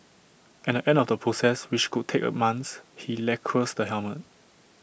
at the end of the process which could take months he lacquers the helmet